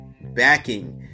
backing